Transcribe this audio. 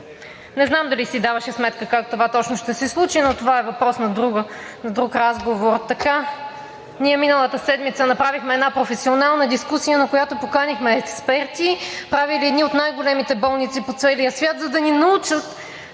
Не знам дали си даваше сметка как това точно ще се случи, но това е въпрос на друг разговор. Ние миналата седмица направихме една професионална дискусия, на която поканихме експерти, правили едни от най-големите болници по целия свят, за да ни научат